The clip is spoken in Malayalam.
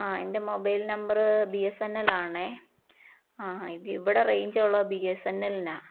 ആ എൻ്റെ mobile number B S N L ആണേ ആ ഇത് ഇവിടെ റേഞ്ച് ഉള്ളത് ബി എസ് എൻ എല്ലിനാ